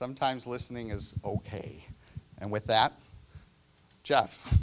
sometimes listening is ok and with that jeff